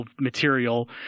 material